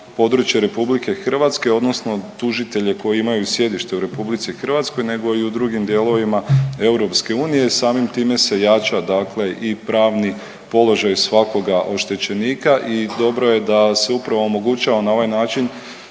područje Republike Hrvatske, odnosno tužitelje koji imaju sjedište u Republici Hrvatskoj, nego i u drugim dijelovima EU. Samim time se jača, dakle i pravni položaj svakoga oštećenika i dobro je da se upravo omogućava na ovaj način